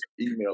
email